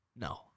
No